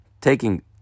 taking